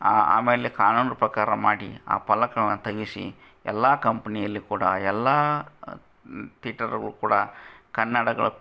ಆ ಆಮೇಲೆ ಕಾನೂನು ಪ್ರಕಾರ ಮಾಡಿ ಆ ಫಲಕಗಳನ್ನ ತೆಗಿಸಿ ಎಲ್ಲಾ ಕಂಪನಿಯಲ್ಲಿ ಕೂಡ ಎಲ್ಲಾ ತೇಟರ್ಗಳು ಕೂಡ ಕನ್ನಡಗಳ್